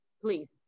please